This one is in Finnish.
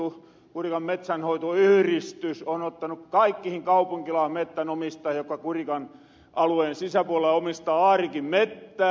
kurikan metsänhoitoyhyristys on ottanu yhteyttä kaikkihin kaupunkilaismettänomistajiin jokka kurikan alueen sisäpuolella omistaa aarinkin mettää